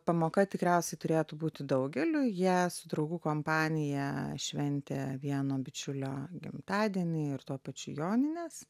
pamoka tikriausiai turėtų būti daugeliui jie su draugų kompanija šventė vieno bičiulio gimtadienį ir tuo pačiu jonines